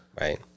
Right